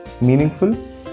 meaningful